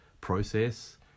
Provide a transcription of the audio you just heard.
process